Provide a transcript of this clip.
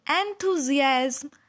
enthusiasm